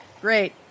Great